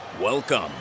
welcome